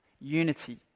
Unity